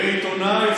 ועיתונאי,